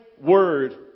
word